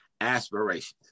aspirations